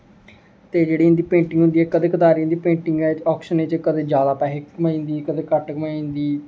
ते जेह्ड़ी इं'दी पेंटिंग होंदी ऐ कदें कतार इं'दी पेंटिंगें च ऑक्शन च कदें जादा पैसे कमाई जंदी कदें घट्ट कमाई जंदी